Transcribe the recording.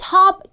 Top